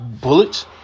bullets